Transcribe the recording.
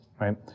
right